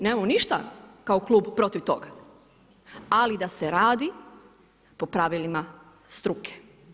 Nemamo ništa kao klub protiv toga, ali da se radi po pravilima struke.